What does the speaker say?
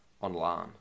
online